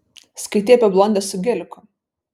skaitei apie blondę su geliku